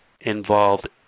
involved